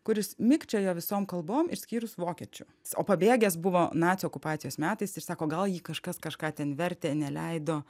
kuris mikčioja visom kalbom išskyrus vokiečių o pabėgęs buvo nacių okupacijos metais ir sako gal jį kažkas kažką ten vertė neleido